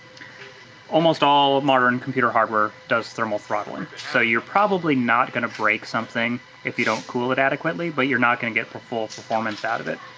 almost all of modern computer hardware does thermal throttling so you're probably not gonna break something if you don't cool it adequately but you're not gonna get full performance out of it.